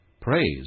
Praise